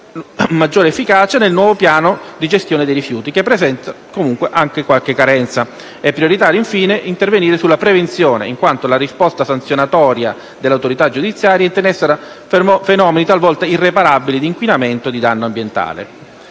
auspica l'efficacia del nuovo piano di gestione dei rifiuti, che presenta tuttavia alcune carenze. È prioritario, infine, intervenire sulla prevenzione, in quanto la risposta sanzionatoria dell'autorità giudiziaria interessa fenomeni talvolta irreparabili di inquinamento e danno ambientale.